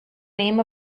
name